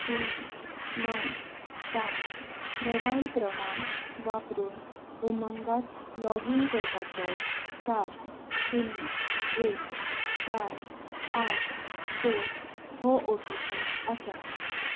शुन्य णव सात मोबायल क्रमांक वापरून उमंगांत लॉगीन करपाचो सात शुन्य एक चार आठ स हो ओटीपी आसा